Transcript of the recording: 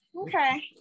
okay